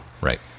Right